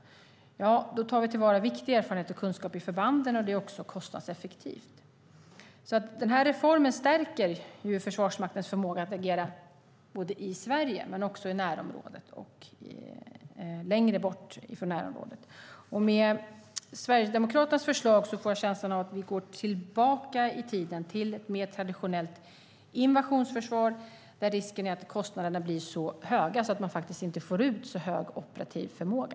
Då tar vi till vara viktig erfarenhet och kunskap i förbanden. Det är också kostnadseffektivt. Reformen stärker Försvarsmaktens förmåga att agera i Sverige, i närområdet och längre bort från närområdet. Med Sverigedemokraternas förslag får jag känslan av att vi går tillbaka i tiden till mer traditionellt invasionsförsvar där risken är att kostnaderna blir så höga att man faktiskt inte får ut så hög operativ förmåga.